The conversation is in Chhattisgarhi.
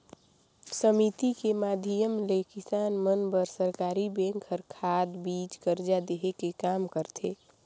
समिति के माधियम ले किसान मन बर सरकरी बेंक हर खाद, बीज, करजा देहे के काम करथे